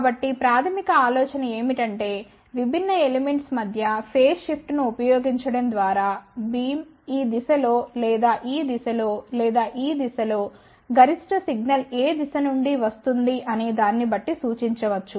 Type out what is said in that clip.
కాబట్టి ప్రాథమిక ఆలోచన ఏమిటంటే విభిన్న ఎలిమెంట్స్ మధ్య ఫేస్ షిఫ్ట్ ను ఉపయోగించడం ద్వారా బీమ్ ఈ దిశలో లేదా ఈ దిశలో లేదా ఈ దిశలో గరిష్ట సిగ్నల్ ఏ దిశ నుండి వస్తుంది అనే దాన్ని బట్టి సూచించవచ్చు